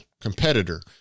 competitor